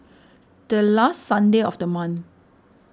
the last Sunday of the month